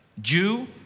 Jew